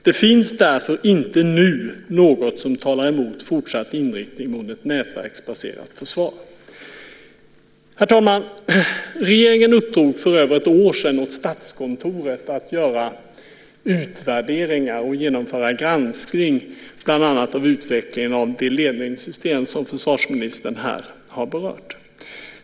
Det finns därför inte nu något som talar emot fortsatt inriktning mot ett nätverksbaserat försvar." Herr talman! Regeringen uppdrog för över ett år sedan åt Statskontoret att göra utvärderingar och genomföra en granskning bland annat av utvecklingen av det ledningssystem som försvarsministern här har berört.